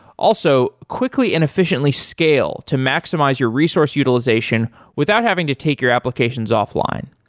also, quickly and efficiently scale to maximize your resource utilization without having to take your applications offline.